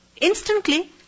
instantly